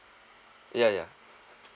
yeah yeah